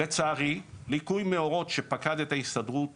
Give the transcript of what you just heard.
לצערי, ליקוי מאורות שפקד את ההסתדרות